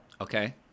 Okay